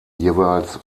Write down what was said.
jeweils